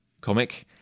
comic